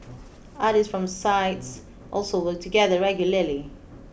artists from sides also work together regularly